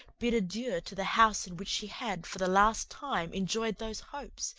bid adieu to the house in which she had for the last time enjoyed those hopes,